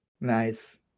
Nice